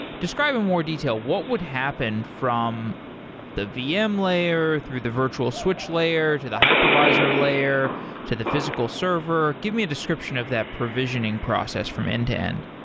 describe in more detail, what would happen from the vm layer through the virtual switch layer to the hypervisor layer to the physical server? give me a description of that provisioning process from end to end.